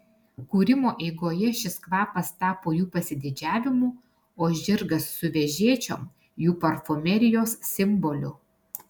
kūrimo eigoje šis kvapas tapo jų pasididžiavimu o žirgas su vežėčiom jų parfumerijos simboliu